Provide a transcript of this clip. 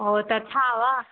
ओ तथा वा